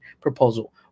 proposal